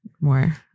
more